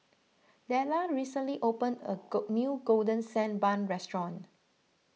Dellar recently opened a new Golden Sand Bun restaurant